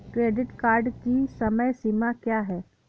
Credit card की समय सीमा क्या है?